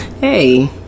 Hey